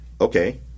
okay